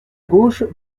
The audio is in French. gauche